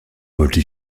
wollte